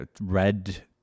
red